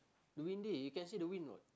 windy you can see the wind what